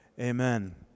Amen